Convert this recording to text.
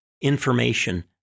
information